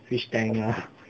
fish tank ah